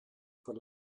per